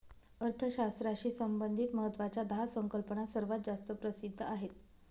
अर्थशास्त्राशी संबंधित महत्वाच्या दहा संकल्पना सर्वात जास्त प्रसिद्ध आहेत